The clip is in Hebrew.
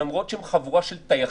שלמרות שהם חבורה של טייחים,